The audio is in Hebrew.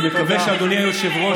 אני מקווה שאדוני היושב-ראש,